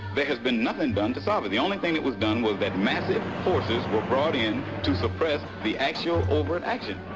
there has been nothing done to solve it. the only thing that was done was that massive forces were brought in to suppress the actual overt action.